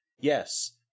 Yes